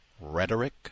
rhetoric